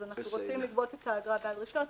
אז אנחנו רוצים לגבות את האגרה בעד רישיון.